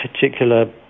particular